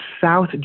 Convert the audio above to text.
South